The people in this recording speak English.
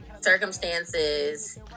circumstances